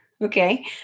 okay